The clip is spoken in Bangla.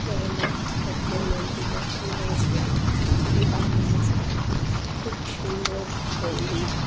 জগন্নাথ ঠাকুরের মন্দির দর্শন করেছিলাম খুবই ভালো লেগেছে খুব সুন্দর মন্দির